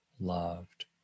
loved